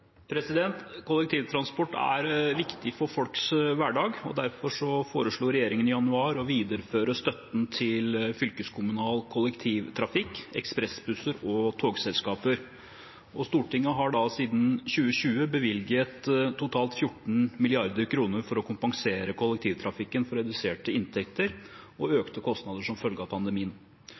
Kollektivtransport er viktig for folks hverdag, og derfor foreslo regjeringen i januar å videreføre støtten til fylkeskommunal kollektivtrafikk, ekspressbusser og togselskaper. Stortinget har siden 2020 bevilget totalt 14 mrd. kr for å kompensere kollektivtrafikken for reduserte inntekter og økte kostnader som følge av pandemien.